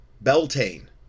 Beltane